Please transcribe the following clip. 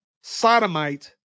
sodomite